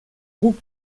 guk